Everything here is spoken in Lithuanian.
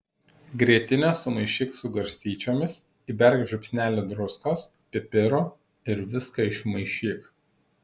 grietinę sumaišyk su garstyčiomis įberk žiupsnelį druskos pipirų ir viską išmaišyk